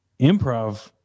improv